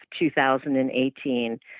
2018